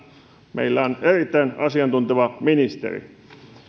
meillä on erittäin asiantunteva ministeri